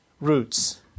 roots